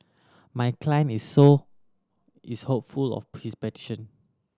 my client is so is hopeful of his petition